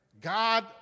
God